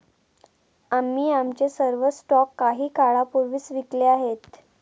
आम्ही आमचे सर्व स्टॉक काही काळापूर्वीच विकले आहेत